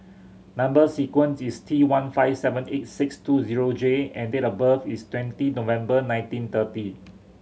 number sequence is T one five seven eight six two zero J and date of birth is twenty November nineteen thirty